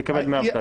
יקבל דמי אבטלה.